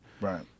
Right